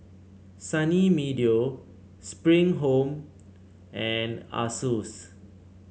Sunny Meadow Spring Home and Asus